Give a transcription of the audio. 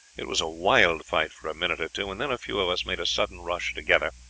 it was a wild fight for a minute or two, and then a few of us made a sudden rush together,